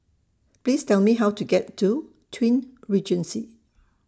Please Tell Me How to get to Twin Regency